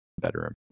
bedroom